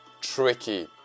tricky